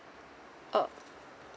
ah